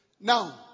Now